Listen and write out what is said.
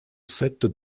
sept